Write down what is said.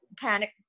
panic